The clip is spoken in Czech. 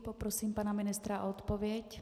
Poprosím pana ministra o odpověď.